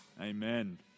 Amen